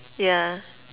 yeah